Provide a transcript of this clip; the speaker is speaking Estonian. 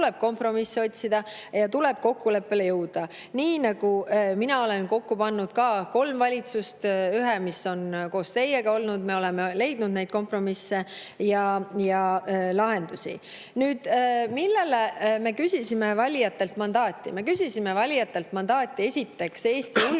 kompromisse otsida ja tuleb kokkuleppele jõuda, nii nagu mina olen kokku pannud kolm valitsust – ühe, mis oli koos teiega. Me oleme leidnud kompromisse ja lahendusi. Nüüd, milleks me küsisime valijatelt mandaati? Me küsisime valijatelt mandaati esiteks Eesti julgeoleku